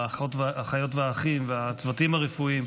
לאחיות ולאחים ולצוותים הרפואיים,